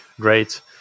Great